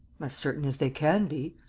as certain as they can be.